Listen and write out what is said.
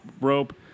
rope